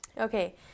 Okay